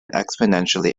exponentially